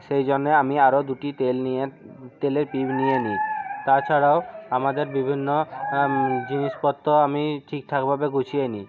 সেই জন্যে আমি আরও দুটি তেল নিয়ে তেলের টিন নিয়ে নিই তাছাড়াও আমাদের বিভিন্ন জিনিসপত্র আমি ঠিকঠাকভাবে গুছিয়ে নিই